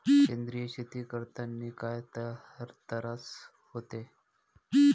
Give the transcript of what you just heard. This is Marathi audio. सेंद्रिय शेती करतांनी काय तरास होते?